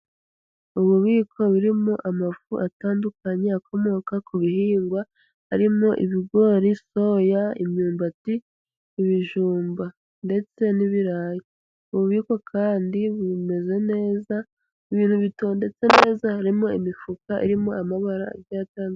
Ububiko burimo amafu atandukanye akomoka ku bihingwa arimo ibigori, soya, imyumbati, ibijumba ndetse n'ibirayi, ububiko kandi bumeze neza. Ibintu bitondetse neza, harimo imifuka irimo amabara agiye atandu.